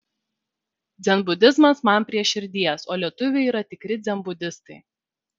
dzenbudizmas man prie širdies o lietuviai yra tikri dzenbudistai